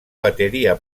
batería